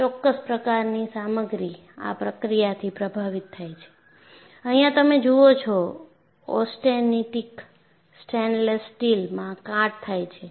ચોક્કસ પ્રકારની સામગ્રી આ પ્રક્રિયાથી પ્રભાવિત થાય છે અહીંયા તમે જુઓ છો ઓસ્ટેનિટિક સ્ટેનલેસ સ્ટીલમાં કાટ થાય છે